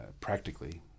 practically